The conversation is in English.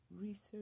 research